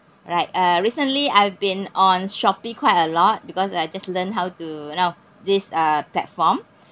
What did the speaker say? right uh recently I've been on shopee quite a lot because I just learn how to you know this uh platform